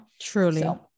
truly